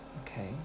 Okay